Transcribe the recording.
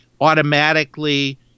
automatically